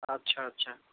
ଆଚ୍ଛା ଆଚ୍ଛା